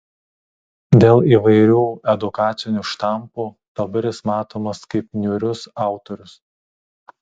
dėl įvairių edukacinių štampų dabar jis matomas kaip niūrus autorius